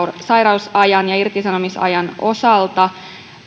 sairausajan ja irtisanomisajan osalta